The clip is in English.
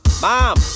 Mom